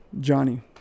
Johnny